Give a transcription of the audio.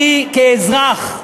כאזרח,